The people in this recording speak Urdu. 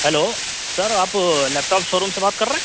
ہیلو سر آپ لیپ ٹاپ شو روم سے بات کر رہے ہیں